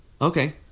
Okay